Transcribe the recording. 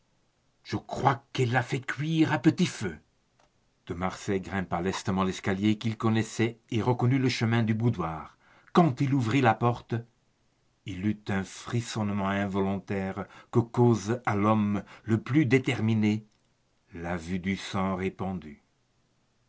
je crois qu'elle la fait cuire à petit feu de marsay grimpa lestement l'escalier qu'il connaissait et reconnut le chemin du boudoir quand il en ouvrit la porte il eut le frissonnement involontaire que cause à l'homme le plus déterminé la vue du sang répandu